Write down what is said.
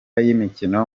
y’imikino